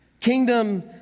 Kingdom